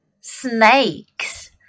snakes